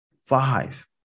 Five